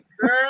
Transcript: girl